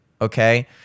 Okay